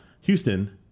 Houston